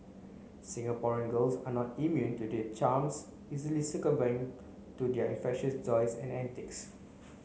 Singaporean girls are not immune to their charms easily succumbing to their infectious joys and antics